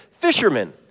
fishermen